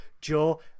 Joe